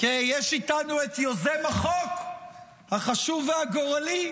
כי יש איתנו את יוזם החוק החשוב והגורלי,